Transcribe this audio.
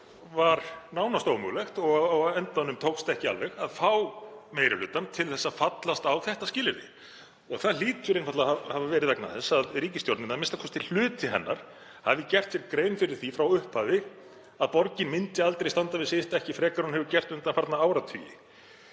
Það var nánast ómögulegt, og á endanum tókst það ekki alveg, að fá meiri hlutann til að fallast á þetta skilyrði. Það hlýtur einfaldlega að hafa verið vegna þess að ríkisstjórnin, a.m.k. hluti hennar, hafi gert sér grein fyrir því frá upphafi að borgin myndi aldrei standa við sitt, ekki frekar en hún hefur gert undanfarna áratugi.